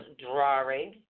drawing